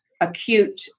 acute